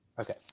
Okay